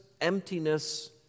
emptiness